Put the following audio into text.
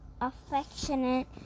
Affectionate